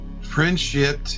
friendship